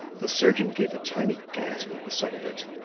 the surgeon gave a tiny gasp at the sight of it.